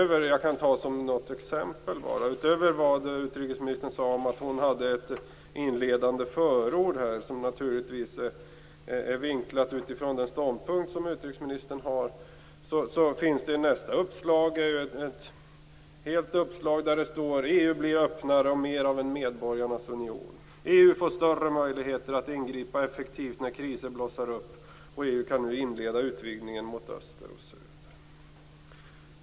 Låt mig bara ge ett exempel. Efter det inledande förord som utrikesministern sade att hon hade och som naturligtvis är vinklat utifrån den ståndpunkt som utrikesministern intar finns det ett helt uppslag där det framhålls att EU blir öppnare och mer av en medborgarnas union, att EU får större möjligheter att ingripa effektivt när kriser blossar upp, att EU nu kan inleda utvidgningen mot öster osv.